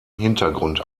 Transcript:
hintergrund